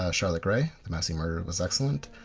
ah charlotte gray, the massey murder was excellent,